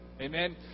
Amen